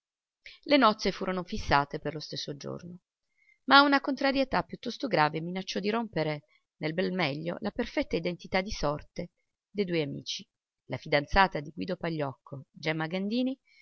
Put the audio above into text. le nozze furono fissate per lo stesso giorno ma una contrarietà piuttosto grave minacciò di rompere nel bel meglio la perfetta identità di sorte de due amici la fidanzata di guido pagliocco gemma gandini